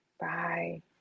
bye